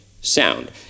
sound